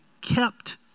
kept